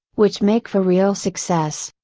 which make for real success.